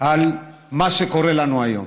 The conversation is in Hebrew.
על מה שקורה לנו היום.